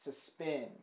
suspend